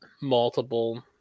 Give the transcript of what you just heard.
multiple